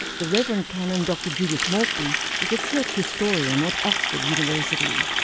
the reverend canon dr judith maltby is a church historian at oxford university.